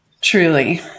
Truly